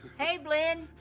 hey blynn,